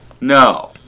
No